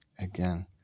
Again